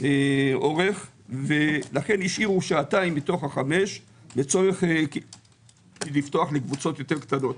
אורך ולכן השאירו שעתיים מתוך החמש לצורך לפתוח לקבוצות יותר קטנות.